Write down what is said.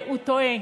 הוא טועה.